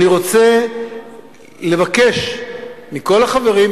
אני רוצה לבקש מכל החברים,